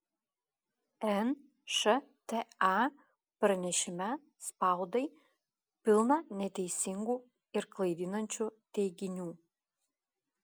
nšta pranešime spaudai pilna neteisingų ir klaidinančių teiginių